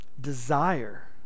desire